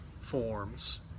forms